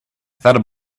thought